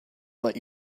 let